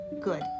Good